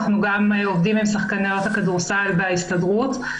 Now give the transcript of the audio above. אנחנו גם עובדים עם שחקניות הכדורסל בהסתדרות.